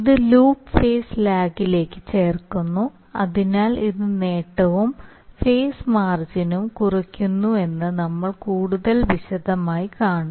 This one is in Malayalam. ഇത് ലൂപ്പ് ഫേസ് ലാഗിലേക്ക് ചേർക്കുന്നു അതിനാൽ ഇത് നേട്ടവും ഫേസ് മാർജിനും കുറയ്ക്കുന്നുവെന്ന് നമ്മൾ കൂടുതൽ വിശദമായി കാണും